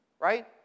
Right